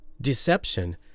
Deception